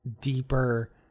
deeper